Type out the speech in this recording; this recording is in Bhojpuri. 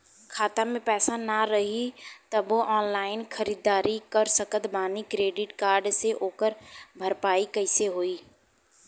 खाता में पैसा ना रही तबों ऑनलाइन ख़रीदारी कर सकत बानी क्रेडिट कार्ड से ओकर भरपाई कइसे होई?